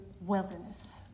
wilderness